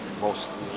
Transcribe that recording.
mostly